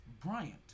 Bryant